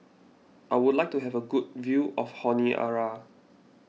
I would like to have a good view of Honiara